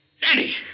Danny